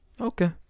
Okay